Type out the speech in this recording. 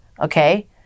okay